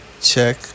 Check